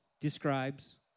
describes